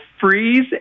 freeze